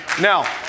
Now